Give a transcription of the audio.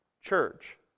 church